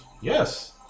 Yes